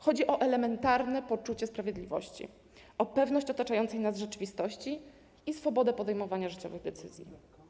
Chodzi o elementarne poczucie sprawiedliwości, o pewność otaczającej nas rzeczywistości i swobodę podejmowania życiowych decyzji.